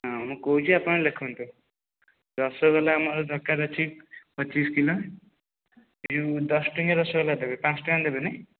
ହଁ ମୁଁ କହୁଛି ଆପଣ ଲେଖନ୍ତୁ ରସଗୋଲା ଆମର ଦରକାର ଅଛି ପଚିଶ କିଲୋ ଏ ଯେଉଁ ଦଶଟଙ୍କିଆ ରସଗୋଲା ଦେବେ ପାଞ୍ଚ ଟଙ୍କିଆ ଦେବେନି